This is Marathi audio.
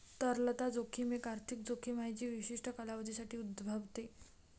तरलता जोखीम एक आर्थिक जोखीम आहे जी विशिष्ट कालावधीसाठी उद्भवते